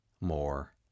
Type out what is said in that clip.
more